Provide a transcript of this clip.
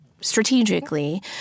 Strategically